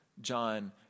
John